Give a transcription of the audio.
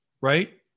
right